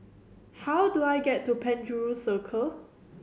how do I get to Penjuru Circle